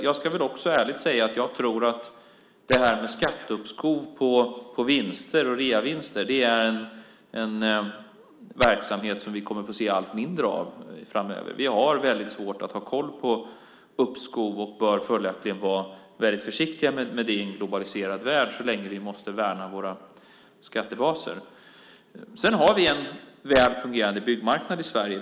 Jag ska ärligt säga att jag tror att detta med skatteuppskov på vinster och reavinster är en verksamhet som vi kommer att få se allt mindre av framöver. Vi har svårt att ha koll på uppskov och bör följaktligen vara försiktiga med det i en globaliserad värld så länge vi måste värna våra skattebaser. Vi har en väl fungerande byggmarknad i Sverige.